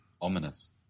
Ominous